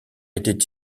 étaient